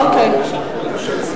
לא מוכנה לזה.